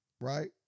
right